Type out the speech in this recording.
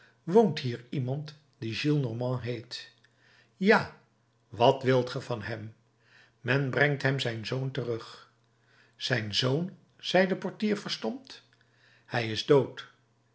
woont hier iemand die gillenormand heet ja wat wilt ge van hem men brengt hem zijn zoon terug zijn zoon zei de portier verstomd hij is dood